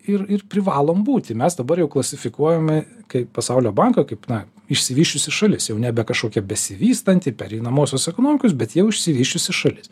ir ir privalom būti mes dabar jau klasifikuojami kai pasaulio banko kaip na išsivysčiusi šalis jau nebe kažkokia besivystanti pereinamosios ekonomikos bet jau išsivysčiusi šalis